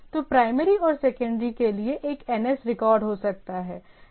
तो प्राइमरी और सेकेंडरी के लिए एक NS रिकॉर्ड हो सकता है